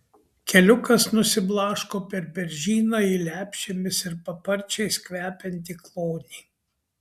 keliukas nusiblaško per beržyną į lepšėmis ir paparčiais kvepiantį klonį